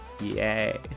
yay